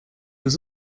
was